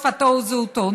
שפתו וזהותו".